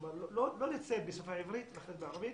זאת אומרת לא לצאת בשפה העברית ואחר כך בערבית,